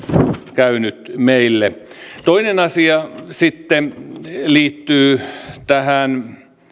käynyt meille toinen asia sitten liittyy tähän